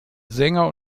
sänger